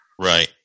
Right